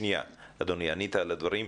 אדוני, ענית על הדברים.